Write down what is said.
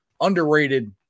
underrated